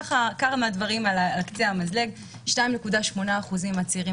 כמה מהדברים על קצה המזלג: 2.8% מהצעירים